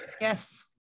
Yes